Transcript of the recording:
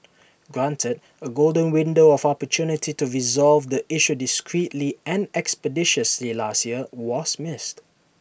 granted A golden window of opportunity to resolve the issue discreetly and expeditiously last year was missed